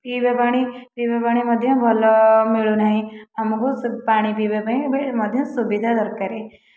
ପିଇବା ପାଣି ପିଇବା ପାଣି ମଧ୍ୟ ଭଲ ମିଳୁନାହିଁ ଆମକୁ ପାଣି ପିଇବା ପାଇଁ ମଧ୍ୟ ସୁବିଧା ଦରକାର